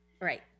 Right